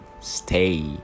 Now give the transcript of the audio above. stay